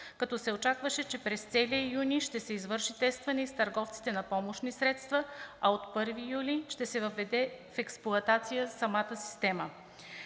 като се очакваше, че през целия юни ще се извърши тестване и с търговците на помощни средства, а от 1 юли ще се въведе в експлоатация самата система.